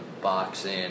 boxing